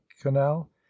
canal